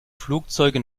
flugzeuge